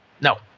No